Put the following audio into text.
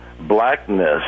blackness